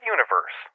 Universe